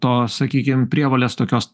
to sakykim prievolės tokios